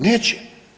Neće.